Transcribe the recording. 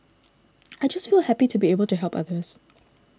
I just feel happy to be able to help others